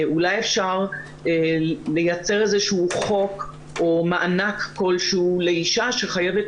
אולי אפשר ליצור חוק או מענק כלשהו לאישה שחייבת